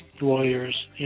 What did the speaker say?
lawyers